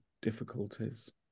difficulties